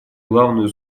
главную